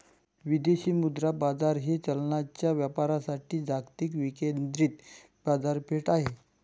विदेशी मुद्रा बाजार हे चलनांच्या व्यापारासाठी जागतिक विकेंद्रित बाजारपेठ आहे